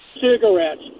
Cigarettes